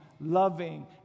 loving